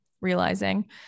realizing